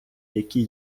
які